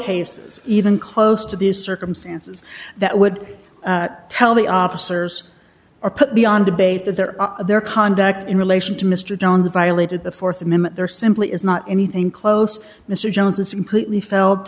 cases even close to these circumstances that would tell the officers are put beyond debate that their their conduct in relation to mr jones violated the th amendment there simply is not anything close mr jones it's completely felt